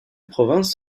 province